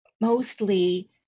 mostly